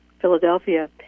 Philadelphia